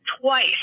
twice